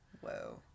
Whoa